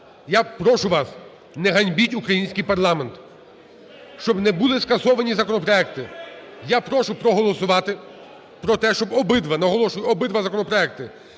Я прошу вас не ганьбіть український парламент, щоб не були скасовані законопроекти. Я прошу проголосувати про те, щоб обидва, наголошую, обидва законопроекти